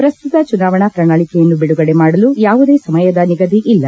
ಪ್ರಸ್ತುತ ಚುನಾವಣಾ ಪ್ರಣಾಳಿಕೆಯನ್ನು ಬಿಡುಗಡೆ ಮಾಡಲು ಯಾವುದೇ ಸಮಯದ ನಿಗದಿ ಇಲ್ಲ